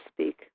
speak